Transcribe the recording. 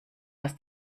was